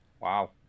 Wow